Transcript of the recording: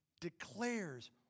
declares